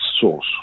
source